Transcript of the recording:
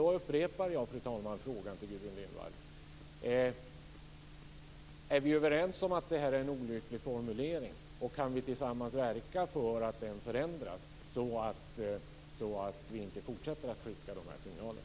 Då upprepar jag frågorna till Gudrun Lindvall: Är vi överens om att det är en olycklig formulering? Kan vi tillsammans verka för att den förändras så att vi inte fortsätter att skicka ut dessa signaler?